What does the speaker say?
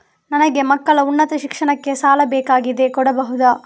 ನನಗೆ ಮಕ್ಕಳ ಉನ್ನತ ಶಿಕ್ಷಣಕ್ಕೆ ಸಾಲ ಬೇಕಾಗಿದೆ ಕೊಡಬಹುದ?